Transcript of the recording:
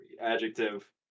Adjective